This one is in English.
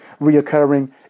reoccurring